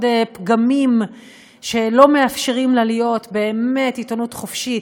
פגמים שלא מאפשרים לה להיות באמת עיתונות חופשית,